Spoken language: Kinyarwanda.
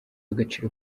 w’agaciro